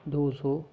दो सौ